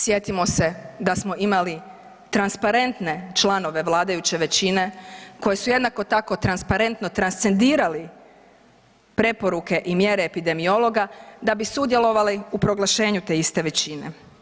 Sjetimo se da smo imali transparentne članove vladajuće većine koji su jednako tako transparentno transcendirali preporuke i mjere epidemiologa da bi sudjelovali u proglašenju te iste većine.